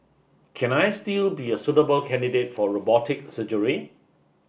can I still be a suitable candidate for robotic surgery